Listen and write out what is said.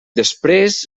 després